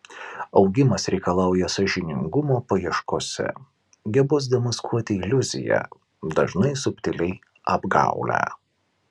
augimas reikalauja sąžiningumo paieškose gebos demaskuoti iliuziją dažnai subtiliai apgaulią